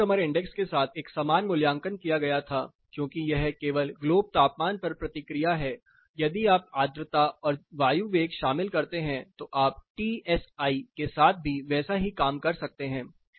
tropical summer index के साथ एक समान मूल्यांकन किया गया था क्योंकि यह केवल ग्लोब तापमान पर प्रतिक्रिया है यदि आप आर्द्रता और वायु वेग शामिल करते हैं तो आप टीएसआई के साथ भी वैसा ही काम कर सकते हैं